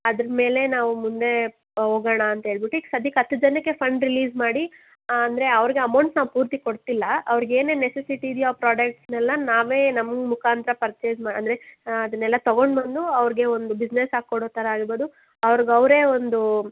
ಅದ್ರಮೇಲೆ ನಾವು ಮುಂದೇ ಹೋಗಣ ಅಂತೇಳಿ ಬಿಟ್ಟು ಈಗ ಸಧ್ಯಕ್ಕೆ ಹತ್ತು ಜನಕ್ಕೆ ಫಂಡ್ ರಿಲೀಸ್ ಮಾಡಿ ಅಂದರೆ ಅವ್ರಿಗೆ ಅಮೌಂಟನ್ನ ಪೂರ್ತಿ ಕೊಟ್ಟಿಲ್ಲ ಅವ್ರಿಗೆ ಏನೇನು ನೆಸೆಸಿಟಿ ಇದೆಯೋ ಆ ಪ್ರಾಡಕ್ಟ್ಸನ್ನೆಲ್ಲ ನಾವೇ ನಮ್ಮ ಮುಖಾಂತ್ರ ಪರ್ಚೆಸ್ ಮಾ ಅಂದರೆ ಅದನ್ನೆಲ್ಲ ತಗೊಂಡು ಬಂದು ಅವ್ರಿಗೆ ಒಂದು ಬಿಸ್ನೆಸ್ ಹಾಕ್ಕೊಡೊ ಥರ ಇರ್ಬೋದು ಅವ್ರಿಗೆ ಅವರೇ ಒಂದು